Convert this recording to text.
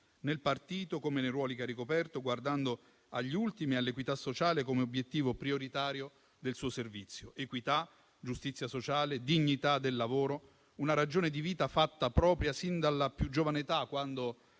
nel partito, come nei ruoli che ha ricoperto, guardando agli ultimi e all'equità sociale come obiettivo prioritario del suo servizio. Equità, giustizia sociale, dignità del lavoro: una ragione di vita fatta propria sin dalla più giovane età, quando